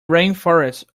rainforests